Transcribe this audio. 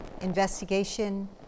investigation